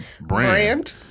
brand